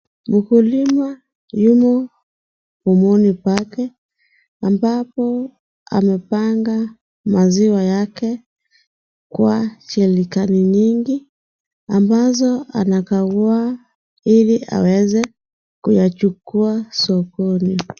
Mkulima yumo pomoni pake, ambapo amepanga maziwa yake kwa jerikani nyingi. Ambazo anakagua ili aweze kuyachukua sokoni.